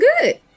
good